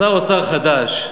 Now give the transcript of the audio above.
שר אוצר חדש,